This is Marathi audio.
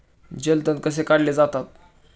जलतण कसे काढले जातात?